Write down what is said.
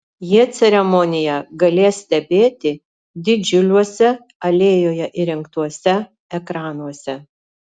jie ceremoniją galės stebėti didžiuliuose alėjoje įrengtuose ekranuose